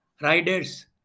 Riders